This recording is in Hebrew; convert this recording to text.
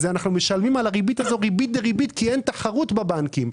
אנחנו משלמים על הריבית הזאת ריבית דריבית כי אין תחרות בבנקים.